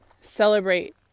celebrate